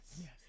Yes